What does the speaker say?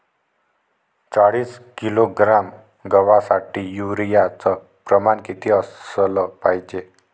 चाळीस किलोग्रॅम गवासाठी यूरिया च प्रमान किती असलं पायजे?